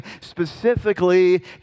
specifically